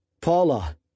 Paula